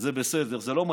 זה בסדר, זה לא מידבק?